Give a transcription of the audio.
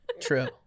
True